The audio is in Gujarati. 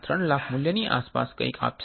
3 લાખ મૂલ્યની આસપાસ કંઈક આપશે